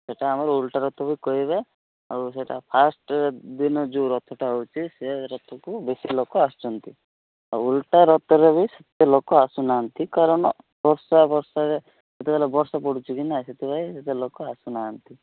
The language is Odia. ସେଇଟା ଆମର ଓଲଟା ରଥ ବୋଲି କହିବେ ଆଉ ସେଇଟା ଫାଷ୍ଟ ଦିନ ଯେଉଁ ରଥଟା ହେଉଛି ସେ ରଥକୁ ବେଶୀ ଲୋକ ଆସିଛନ୍ତି ଆଉ ଓଲଟା ରଥରେ ବି ସେତେ ଲୋକ ଆସୁନାହାଁନ୍ତି କାରଣ ବର୍ଷା ଫର୍ସାରେ ସେତେବେଲେ ବର୍ଷା ପଡ଼ୁଛି କି ନାହିଁ ସେଥିପାଇଁ ସେତେ ଲୋକ ଆସୁନାହାଁନ୍ତି